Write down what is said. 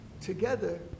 together